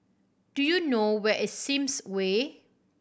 do you know where is Sims Way